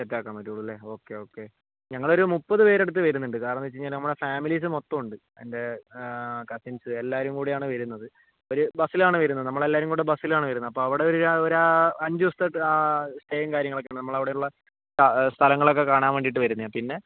set ആക്കാൻ പറ്റോള്ളൂ അല്ലേ ഓക്കേ ഓക്കേ ഞങ്ങൾ ഒരു മുപ്പത് പേര് അടുത്ത് വരുന്നുണ്ട് കാരണം എന്താണെന്നു വെച്ച് കഴിഞ്ഞാൽ നമ്മുടെ ഫാമിലിസ് മൊത്തം ഉണ്ട് എൻ്റെ കസിൻസ് എല്ലാവരും കൂടിയാണ് വരുന്നത് ഒരു ബസിലാണ് വരുന്നത് നമ്മളെല്ലാരും കൂടെ ബസിലാണ് വരുന്നത് അപ്പോൾ അവിടെ ഒരു ഒരാ അഞ്ച് ദിവസത്തെ സ്റ്റേയും കാര്യങ്ങളും ഒക്കെ ഉണ്ട് നമ്മൾ അവിടെയുള്ള സ്ഥലങ്ങള്ളൊക്കെ കാണാൻ വേണ്ടിട്ട് വരുന്നതാണ് പിന്നെ